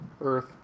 Earth